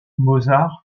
mozart